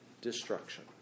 destruction